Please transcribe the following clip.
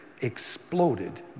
exploded